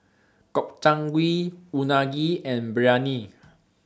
Gobchang Gui Unagi and Biryani